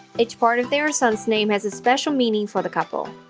each part of their son's name has a special meaning for the couple.